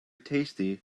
tasty